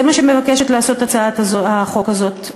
זה מה שמבקשת לעשות הצעת החוק הזאת,